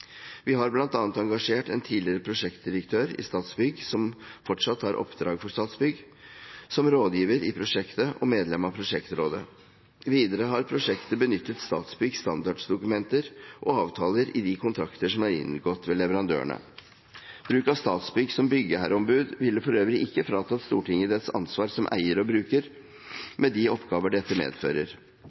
Vi har bl.a. engasjert en tidligere prosjektdirektør i Statsbygg, som fortsatt tar oppdrag for Statsbygg, som rådgiver i prosjektet og medlem av prosjektrådet. Videre har prosjektet benyttet Statsbyggs standarddokumenter og -avtaler i de kontrakter som er inngått med leverandørene. Bruk av Statsbygg som byggherreombud ville for øvrig ikke fratatt Stortinget dets ansvar som eier og bruker, med de oppgaver dette medfører.